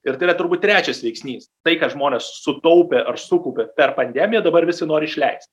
ir tai yra turbūt trečias veiksnys tai ką žmonės sutaupė ar sukaupė per pandemiją dabar viską nori išleist